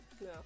No